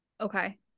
Okay